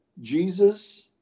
Jesus